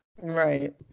Right